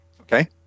okay